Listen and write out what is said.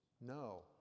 No